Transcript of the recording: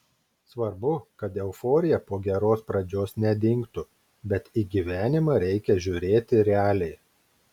svarbu kad euforija po geros pradžios nedingtų bet į gyvenimą reikia žiūrėti realiai